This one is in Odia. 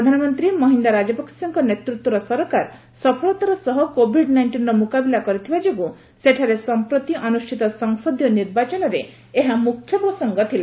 ପ୍ରଧାନମନ୍ତ୍ରୀ ମହିନ୍ଦା ରାଜପକ୍ଷଙ୍କ ନେତୃତ୍ୱର ସରକାର ସଫଳତାର ସହ କୋଭିଡ୍ ନାଇଷ୍ଟିନ୍ର ମୁକାବିଲା କରିଥିବା ଯୋଗୁଁ ସେଠାର ସଂପ୍ରତି ଅନୁଷ୍ଠିତ ସଂସଦୀୟ ନିର୍ବାଚନରେ ଏହା ମୁଖ୍ୟ ପ୍ରସଙ୍ଗ ଥିଲା